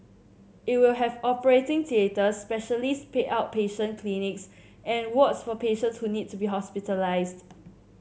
it will have operating theatres specialist pay outpatient clinics and wards for patients who needs to be hospitalised